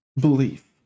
belief